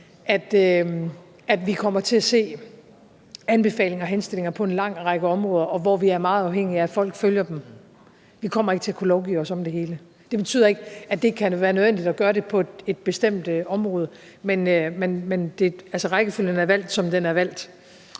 at vi kommer til at se anbefalinger og henstillinger på en lang række områder, hvor vi er meget afhængige af at folk følger dem. Vi kommer ikke til at kunne lovgive os ud af det hele. Det betyder ikke, at det ikke kan være nødvendigt at gøre det på et bestemt område, men altså, rækkefølgen er valgt, som den er valgt.